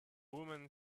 woman